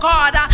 God